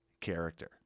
character